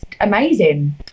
amazing